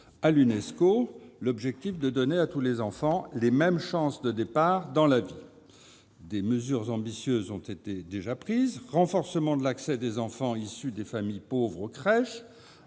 à l'Unesco, l'objectif de donner à tous les enfants les mêmes chances de départ dans la vie. Des mesures ambitieuses ont déjà été prises : renforcement de l'accès des enfants issus de familles pauvres aux crèches